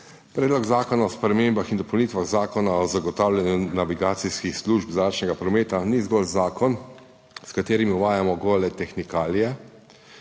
Predlog zakona o spremembah in dopolnitvah Zakona o zagotavljanju navigacijskih služb zračnega prometa ni zgolj zakon, s katerim uvajamo gole tehnikalije,